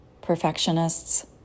Perfectionists